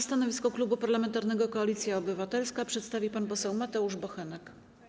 Stanowisko Klubu Parlamentarnego Koalicja Obywatelska przedstawi pan poseł Mateusz Bochenek.